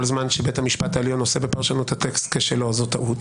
זמן שבית המשפט העליון עושה בפרשנות הטקסט כשלו זו טעות